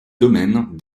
domaine